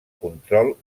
control